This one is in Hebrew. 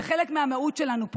זה חלק מהמהות שלנו פה.